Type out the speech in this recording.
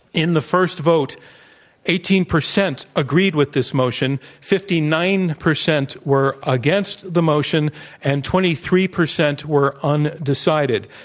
in the first vote eighteen percent agreed with this motion, fifty nine percent were against the motion and twenty three percent were undecided.